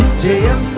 gm?